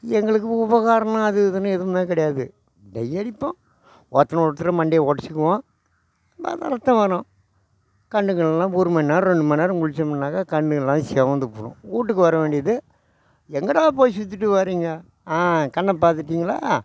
எங்களுக்கு உபகரம்னு அது இதுன்னு எதுவும் கிடையாது டை அடிப்போம் ஒருத்தன் ஒருத்தரு மண்டையை உடச்சிக்குவோம் பார்த்தா ரத்தம் வரும் கண்டுக்கிடலைனா ஒரு மணிநேரம் ரெண்டு மணிநேரம் குளிச்சோமுன்னாக்க கண்ணெலாம் சிவந்துப்புடும்வீட்டுக்கு வர வேண்டியது எங்கேடா போய் சுற்றிட்டு வரீங்க ஆ கண்ணை பார்த்துட்டீங்களா